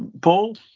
Paul